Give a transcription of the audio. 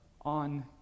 on